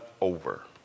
over